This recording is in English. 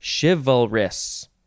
chivalrous